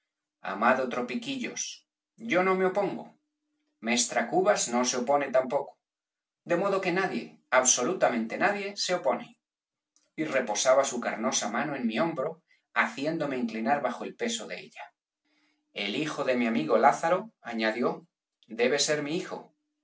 amado tropiquillos yo no me opongo mestra cubas no se opone tampoco de modo que nadie absolutamente nadie se opone y reposaba su carnosa mano en mi hombro haciéndome inclinar bajo el peso de ella b pérez galdós el hijo de mi amigo lázaro añadió debe ser mi hijo